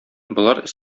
болар